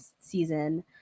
season